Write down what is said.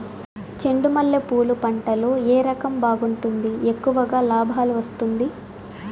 చెండు మల్లె పూలు పంట లో ఏ రకం బాగుంటుంది, ఎక్కువగా లాభాలు వస్తుంది?